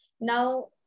Now